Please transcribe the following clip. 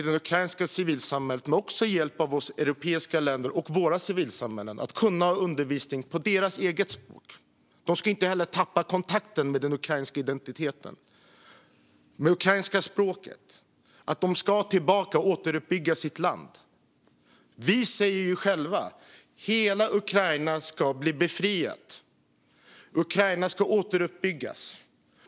Det ukrainska civilsamhället har med hjälp av europeiska länder och våra civilsamhällen lyckats ha undervisning på deras eget språk. De ska inta tappa kontakten med den ukrainska identiteten och det ukrainska språket. De ska tillbaka och återuppbygga sitt land. Vi säger själva att hela Ukraina ska bli befriat. Ukraina ska återuppbyggas.